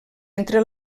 entre